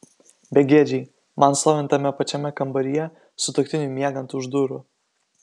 begėdžiai man stovint tame pačiame kambaryje sutuoktiniui miegant už durų